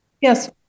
Yes